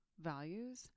values